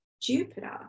Jupiter